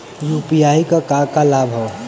UPI क का का लाभ हव?